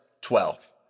twelve